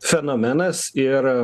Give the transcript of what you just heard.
fenomenas ir